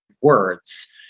words